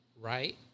right